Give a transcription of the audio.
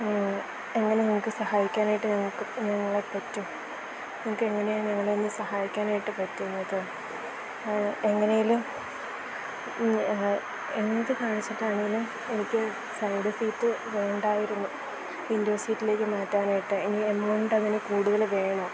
എങ്ങനെ നിങ്ങൾക്ക് സഹായിക്കാനായിട്ട് ഞങ്ങൾക്ക് ഞങ്ങളെപ്പറ്റും നിങ്ങൾക്ക് എങ്ങനെയാണ് ഞങ്ങളെയൊന്ന് സഹായിക്കാനായിട്ട് പറ്റുന്നത് എങ്ങനെയെങ്കിലും എന്ത് കാണിച്ചിട്ടാണെങ്കിലും എനിക്ക് സൈഡ് സീറ്റ് വേണ്ടായിരുന്നു വിൻഡോ സീറ്റിലേക്ക് മാറ്റാനായിട്ട് ഇനി എമൗണ്ട് അതിന് കൂടുതൽ വേണോ